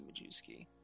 Majewski